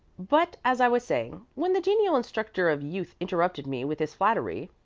but, as i was saying, when the genial instructor of youth interrupted me with his flattery,